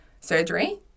surgery